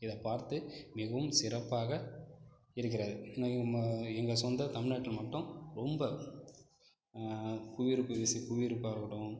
இதை பார்த்து மிகவும் சிறப்பாக இருக்கிறது எங்கள் சொந்த தமிழ்நாட்டில் மட்டும் ரொம்ப குளிர்பிரதேச குளிர்ப்பாகட்டும்